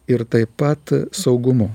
ir taip pat saugumu